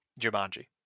Jumanji